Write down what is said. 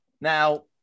Now